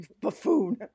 Buffoon